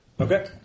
Okay